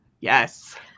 Yes